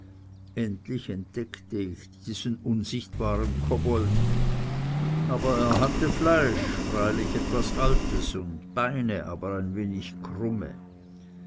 endlich entdeckte ich diesen unsichtbaren kobold aber er hatte fleisch freilich etwas altes und beine aber ein wenig krumme